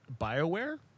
BioWare